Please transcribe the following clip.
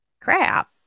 crap